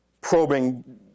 probing